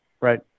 right